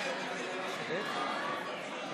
אדוני היושב-ראש.